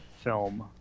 film